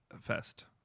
fest